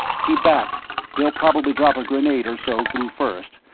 keep back they'll probably drop a grenade or so through, first,